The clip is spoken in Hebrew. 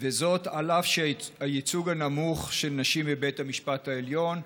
וזאת על אף הייצוג הנמוך של נשים בבית המשפט העליון,